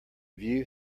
view